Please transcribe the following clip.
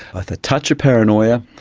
a touch of paranoia,